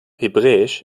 hebräisch